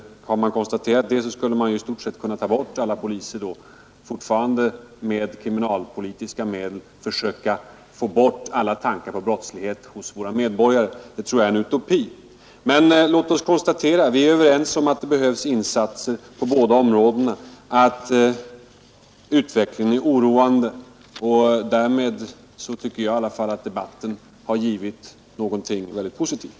Har man konstaterat det, skulle man i stort sett kunna ta bort alla poliser och fortfarande med kriminalpolitiska medel försöka få bort alla tankar på brottslighet hos våra medborgare. Det tror jag är en utopi. Men låt oss konstatera att vi är överens om att det behövs insatser på båda områdena, att utvecklingen är oroande. Därmed tycker jag i alla fall att debatten har givit något mycket positivt.